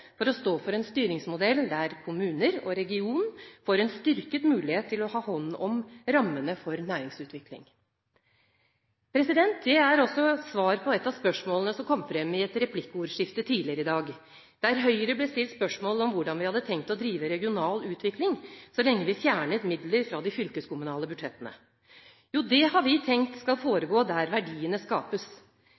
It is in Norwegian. for å stå for en styringsmodell der kommuner og regioner får en styrket mulighet til å ha hånd om rammene for næringsutvikling. Det er også et svar på et av spørsmålene som kom frem i et replikkordskifte tidligere i dag, der Høyre ble stilt spørsmål om hvordan vi hadde tenkt å drive regional utvikling så lenge vi fjernet midler fra de fylkeskommunale budsjettene. Jo, det har vi tenkt skal foregå der verdiene skapes.